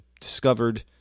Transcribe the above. discovered